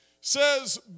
says